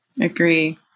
agree